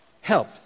help